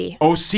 OC